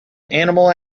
animal